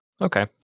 okay